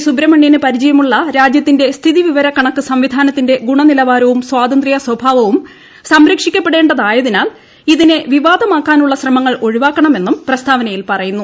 സുബ്രഹ്മണ്യന് പരിചയമുള്ള രാജ്യത്തിന്റെ സ്ഥിതി വിവരക്കണക്ക് സംവിധാനത്തിന്റെ ഗുണനിലവാരവും സ്വതന്ത്ര സ്വഭാവവും സംരക്ഷിക്കപ്പെടേണ്ടതിട്ട്യതിനാൽ ഇതിനെ വിവാദമാക്കാനുള്ള പ്രസ്താവനയിൽ പറയുന്നു